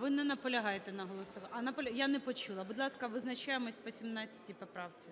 Ви не наполягаєте на голосуванні? А, наполягаєте, я не почула. Будь ласка, визначаємось по 17 поправці.